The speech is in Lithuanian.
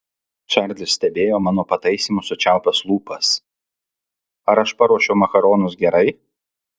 čarlis stebėjo mano pataisymus sučiaupęs lūpas ar aš paruošiau makaronus gerai